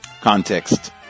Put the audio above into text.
Context